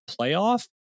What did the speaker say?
playoff